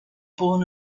born